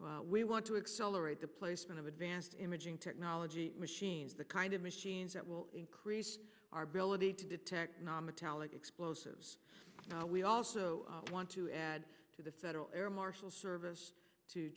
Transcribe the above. investment we want to accelerate the placement of advanced imaging technology machines the kind of machines that will increase our ability to detect nonmetallic explosives we also want to add to the federal air marshal service to